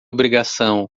obrigação